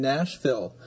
Nashville